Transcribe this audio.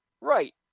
Right